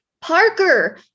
Parker